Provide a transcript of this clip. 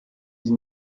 die